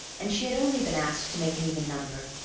and she had only been asked to make an even number.